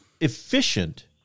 Efficient